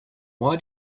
why